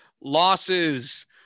losses